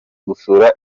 gusura